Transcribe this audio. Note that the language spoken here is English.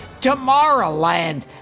Tomorrowland